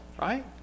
right